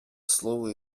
слово